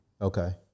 Okay